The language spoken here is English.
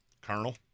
Colonel